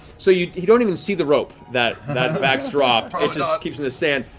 so you you don't even see the rope that that vax dropped. it ah keeps in the sand.